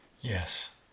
Yes